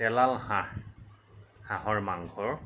তেলাল হাঁহ হাঁহৰ মাংস